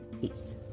Peace